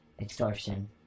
extortion